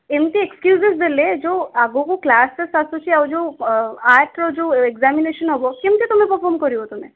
ଏମିତି ଏକ୍ସକ୍ୟୁଜେସ୍ ଦେଲେ ଯୋଉ ଆଗକୁ କ୍ଳାସେସ୍ ଆସୁଛି ଆଉ ଯେଉଁ ଆର୍ଟର ଯେଉଁ ଏକ୍ସାମିନେଶନ୍ ହେବ କେମିତି ତୁମେ ପଫର୍ମ କରିବ ତୁମେ